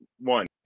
One